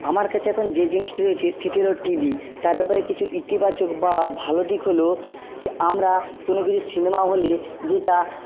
আমার কাছে এখন যে জিনিসটি রয়েছে সেটি হলো টিভি তার ব্যাপারে কিছু ইতিবাচক বা ভালো দিক হলো সে আমরা কোনো কিছু সিনেমা হলে যেটা